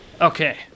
Okay